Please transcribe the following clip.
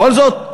בכל זאת,